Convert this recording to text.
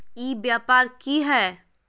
ई व्यापार की हाय?